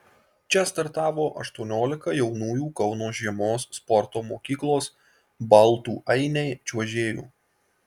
čia startavo aštuoniolika jaunųjų kauno žiemos sporto mokyklos baltų ainiai čiuožėjų